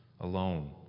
alone